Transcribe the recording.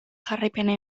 jarraipena